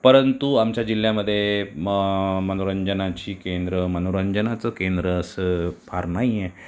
परंतु आमच्या जिल्ह्यामध्ये म मनोरंजनाची केंद्रं मनोरंजनाचं केंद्र असं फार नाही आहे